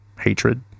hatred